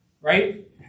right